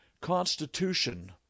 Constitution